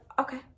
Okay